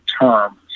term